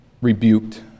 rebuked